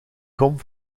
gom